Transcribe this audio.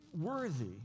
worthy